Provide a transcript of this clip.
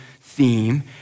theme